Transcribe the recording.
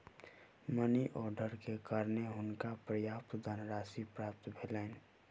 money order के कारणें हुनका पर्याप्त धनराशि प्राप्त भेलैन